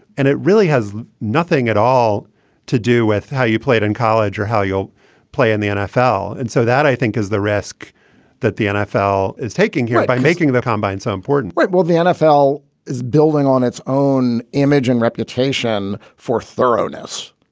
and it really has nothing at all to do with how you played in college or how you play in the nfl. and so that, i think, is the risk that the nfl is taking here by making the combine so important right? well, the nfl is building on its own image and reputation for thoroughness.